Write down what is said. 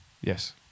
Yes